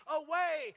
away